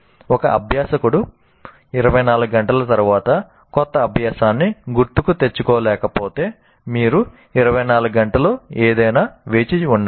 ఒక అభ్యాసకుడు 24 గంటల తర్వాత కొత్త అభ్యాసాన్ని గుర్తుకు తెచ్చుకోలేకపోతే మీరు 24 గంటలు ఏదైనా వేచి ఉండండి